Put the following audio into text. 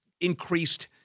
increased